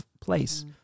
place